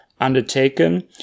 undertaken